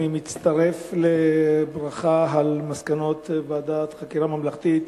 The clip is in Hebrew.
אני מצטרף לברכה על מסקנות ועדת החקירה הממלכתית,